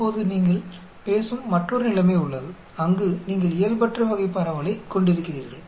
இப்போது நீங்கள் பேசும் மற்றொரு நிலைமை உள்ளது அங்கு நீங்கள் இயல்பற்ற வகை பரவலைக் கொண்டிருக்கிறீர்கள்